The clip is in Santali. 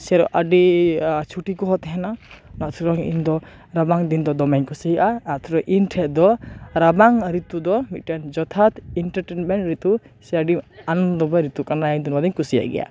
ᱥᱮ ᱟᱹᱰᱤ ᱪᱷᱩᱴᱤ ᱠᱚᱦᱚᱸ ᱛᱟᱦᱮᱱᱟ ᱚᱱᱟ ᱴᱮᱦᱚᱸ ᱤᱧ ᱫᱚ ᱨᱟᱵᱟᱝ ᱫᱤᱱ ᱫᱚ ᱫᱚᱢᱮᱧ ᱠᱩᱥᱤᱭᱟᱜᱼᱟ ᱟᱨ ᱛᱷᱚᱲᱟ ᱤᱧ ᱴᱷᱮᱡ ᱫᱚ ᱨᱟᱵᱟᱝ ᱨᱤᱛᱩ ᱫᱚ ᱢᱤᱫᱴᱮᱱ ᱡᱚᱛᱷᱟᱛ ᱤᱱᱴᱟᱨᱴᱮᱰᱢᱮᱱ ᱨᱤᱛᱩ ᱥᱮ ᱟᱹᱰᱤ ᱟᱱᱚᱱᱫᱚ ᱢᱚᱭ ᱨᱤᱛᱩ ᱠᱟᱱᱟᱭ ᱤᱧ ᱫᱚ ᱱᱚᱣᱟ ᱫᱩᱧ ᱠᱩᱥᱤᱭᱟᱜ ᱜᱮᱭᱟ